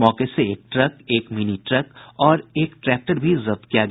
मौके से एक ट्रक एक मिनी ट्रक और एक ट्रैक्टर भी जब्त किया गया